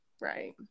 right